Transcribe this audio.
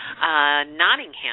Nottingham